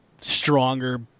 stronger